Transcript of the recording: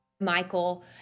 Michael